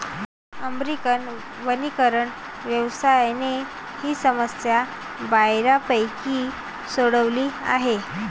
American वनीकरण व्यवसायाने ही समस्या बऱ्यापैकी सोडवली आहे